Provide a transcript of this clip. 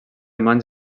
mans